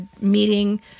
meeting